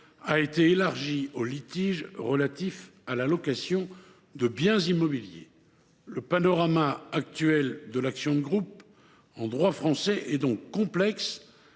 été étendue aux litiges relatifs à la location de biens immobiliers. Le panorama actuel de l’action de groupe en droit français est donc complexe